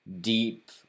deep